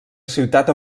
ciutat